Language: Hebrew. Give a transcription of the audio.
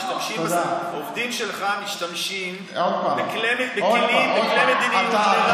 עובדים שלך משתמשים בכלי מדיניות לרעה.